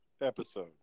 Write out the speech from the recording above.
episode